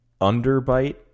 underbite